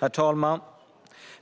Herr talman!